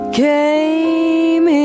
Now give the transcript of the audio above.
came